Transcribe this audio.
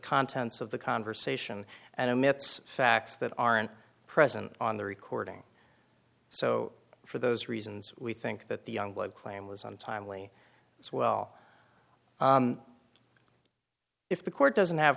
contents of the conversation and omits facts that aren't present on the recording so for those reasons we think that the youngblood claim was untimely as well if the court doesn't have